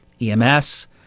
EMS